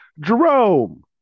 Jerome